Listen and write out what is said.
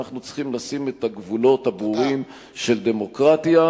אנחנו צריכים לשים את הגבולות הברורים של דמוקרטיה